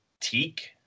teak